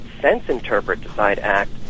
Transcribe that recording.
sense-interpret-decide-act